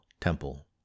temple